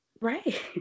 Right